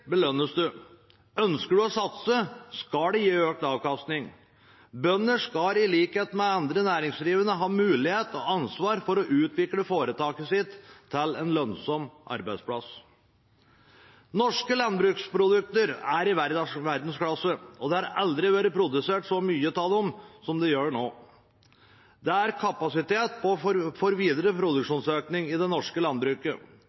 Ønsker man å satse, skal det gi økt avkastning. Bønder skal, i likhet med andre næringsdrivende, ha mulighet til og ansvar for å utvikle foretaket sitt til en lønnsom arbeidsplass. Norske landbruksprodukter er i verdensklasse, og det har aldri blitt produsert så mye av det som nå. Det er kapasitet for videre produksjonsøkning i det norske landbruket,